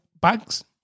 bags